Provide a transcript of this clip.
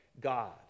God